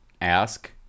ask